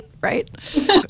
Right